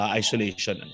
isolation